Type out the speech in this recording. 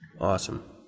Awesome